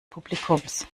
publikums